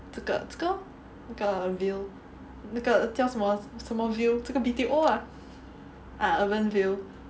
这个这个 lor 这个 Ville 那个叫什么什么 Ville 这个 B_T_O ah ah UrbanVille